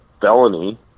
felony